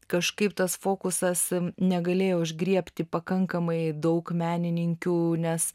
kažkaip tas fokusas negalėjo užgriebti pakankamai daug menininkių nes